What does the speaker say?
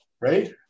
right